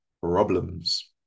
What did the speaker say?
problems